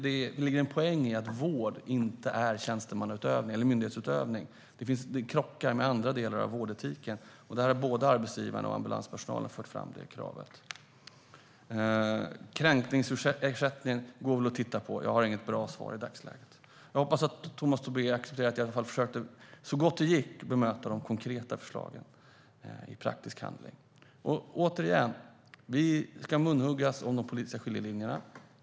Det ligger en poäng i att vård inte är myndighetsutövning - det krockar med andra delar av vårdetiken. Där har både arbetsgivarna och ambulanspersonalen fört fram krav. Kränkningsersättning går väl att titta på. Jag har inget bra svar i dagsläget. Jag hoppas att Tomas Tobé accepterar att jag i alla fall så gott det gick försökte bemöta de konkreta förslagen i praktisk handling. Återigen: Vi ska munhuggas om de politiska skiljelinjerna.